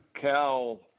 Cal